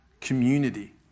community